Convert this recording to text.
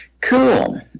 cool